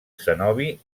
cenobi